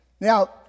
Now